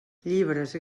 llibres